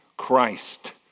Christ